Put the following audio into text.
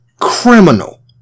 criminal